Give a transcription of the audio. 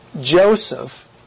Joseph